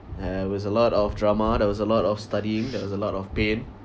there was a lot of drama there was a lot of studying there was a lot of pain